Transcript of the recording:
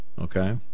Okay